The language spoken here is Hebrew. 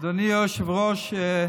אדוני היושב-ראש,